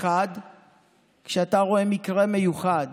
כשאתה רואה מקרה מיוחד